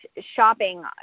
shopping